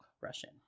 Russian